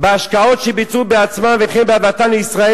בהשקעות שביצעו בעצמן וכן בהבאתן לישראל